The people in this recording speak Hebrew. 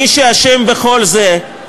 מי שאשם בכל זה,